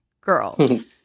Girls